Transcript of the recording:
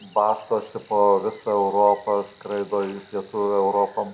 bastosi po visą europą skraido į pietų europą